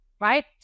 right